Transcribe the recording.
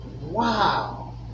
Wow